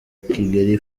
kigeli